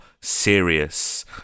serious